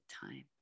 time